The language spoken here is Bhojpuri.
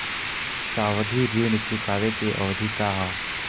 सावधि ऋण चुकावे के अवधि का ह?